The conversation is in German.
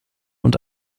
und